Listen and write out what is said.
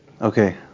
Okay